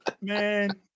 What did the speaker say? Man